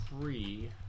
free